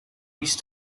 reach